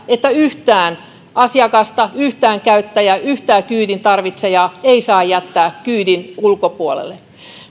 että yhtään asiakasta yhtään käyttäjää yhtään kyydin tarvitsijaa ei saa jättää kyydin ulkopuolelle